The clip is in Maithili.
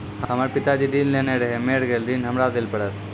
हमर पिताजी ऋण लेने रहे मेर गेल ऋण हमरा देल पड़त?